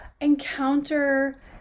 encounter